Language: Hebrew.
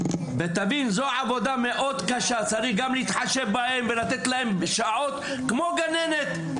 זאת גם עבודה שהיא מאוד קשה וצריך לתת להם שעות כמו גננת .